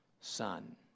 son